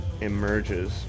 emerges